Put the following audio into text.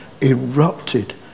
erupted